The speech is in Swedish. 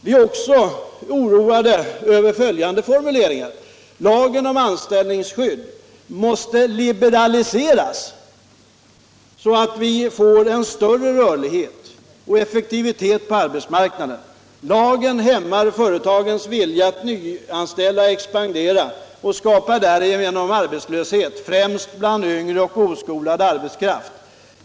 Vi är också oroade över följande formuleringar: ”Lagen om anställningsskydd ——-- måste liberaliseras så att vi får en större rörlighet och effektivitet på arbetsmarknaden. Lagen hämmar företagens vilja att nyanställa och expandera och skapar därigenom arbetslöshet, främst bland yngre och oskolad arbetskraft.